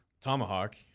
Tomahawk